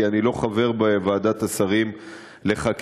כי אני לא חבר בוועדת השרים לחקיקה,